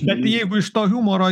bet jeigu iš to humoro